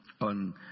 on